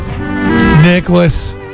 Nicholas